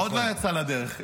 עוד לא יצאה לדרך.